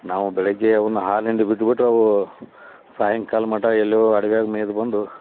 ನಾವು ಬೆಳಿಗ್ಗೆ ಅವ್ನ ಹಾಲು ಹಿಂಡಿ ಬಿಟ್ಬಿಟ್ರ್ ಅವು ಸಾಯಂಕಾಲ ಮಟ್ಟ ಎಲ್ಲೋ ಅಡ್ವಿಯಾಗೆ ಮೇಯ್ದು ಬಂದು